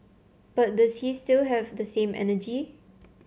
but does he still have the same energy